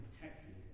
protected